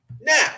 now